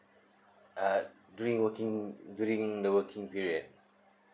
uh during working during the working period